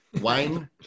Wayne